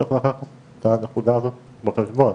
צריך לקחת את הנקודה הזאת בחשבון.